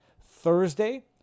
Thursday